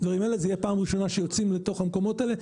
זו תהיה הפעם הראשונה שיוצאים למקומות האלה.